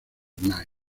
knight